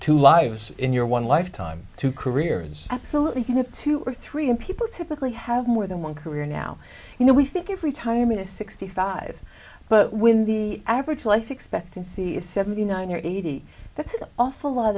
two lives in your one lifetime two careers absolutely can have two or three in people typically have more than one career now you know we think every time in a sixty five but when the average life expectancy is seventy nine or eighty that's an awful lot